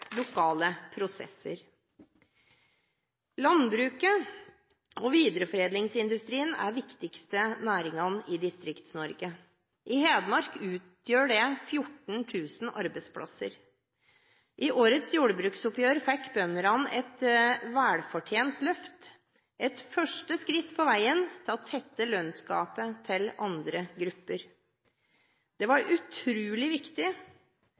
lokale prosesser. Landbruket og videreforedlingsindustrien er de viktigste næringene i Distrikts-Norge. I Hedmark utgjør det 14 000 arbeidsplasser. I årets jordbruksoppgjør fikk bøndene et velfortjent løft – et første skritt på veien mot å tette lønnsgapet til andre grupper. Det